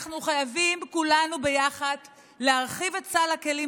אנחנו חייבים כולנו ביחד להרחיב את סל הכלים